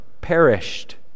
perished